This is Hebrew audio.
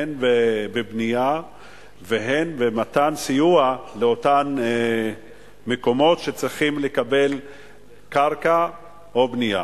הן בבנייה והן במתן סיוע לאותם מקומות שצריכים לקבל קרקע או בנייה.